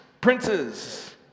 princes